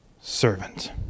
servant